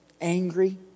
angry